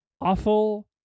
Awful